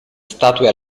statue